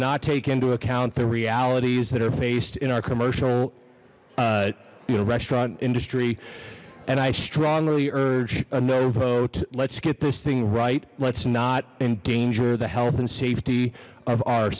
not take into account the realities that are faced in our commercial restaurant industry and i strongly urge a no vote let's get this thing right let's not endanger the health and safety of our